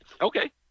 Okay